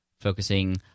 focusing